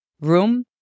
room